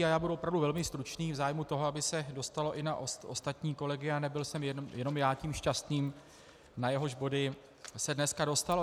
A já budu opravdu velmi stručný v zájmu toho, aby se dostalo i na ostatní kolegy a nebyl jsem jenom já tím šťastným, na jehož body se dneska dostalo.